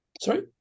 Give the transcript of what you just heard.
Sorry